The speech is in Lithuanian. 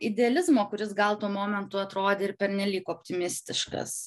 idealizmo kuris gal tuo momentu atrodė ir pernelyg optimistiškas